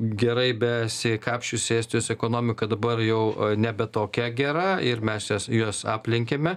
gerai besikapsčiusi estijos ekonomika dabar jau nebe tokia gera ir mes juos aplenkiame